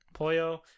Poyo